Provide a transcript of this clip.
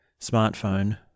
smartphone